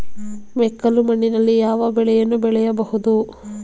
ಮೆಕ್ಕಲು ಮಣ್ಣಿನಲ್ಲಿ ಯಾವ ಬೆಳೆಯನ್ನು ಬೆಳೆಯಬಹುದು?